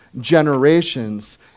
generations